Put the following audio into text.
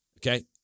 Okay